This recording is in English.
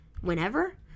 whenever